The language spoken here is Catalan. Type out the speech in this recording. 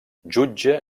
jutja